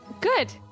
good